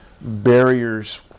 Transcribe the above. barriers